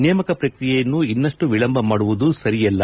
ನೇಮಕ ಪ್ರಕ್ರಿಯೆಯನ್ನು ಇನ್ನಷ್ಟು ವಿಳಂಬ ಮಾಡುವುದು ಸರಿಯಲ್ಲ